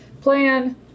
plan